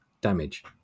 damage